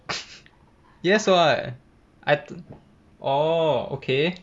yes what I th~ orh okay